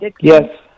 Yes